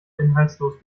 inhaltslos